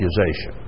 accusation